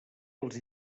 als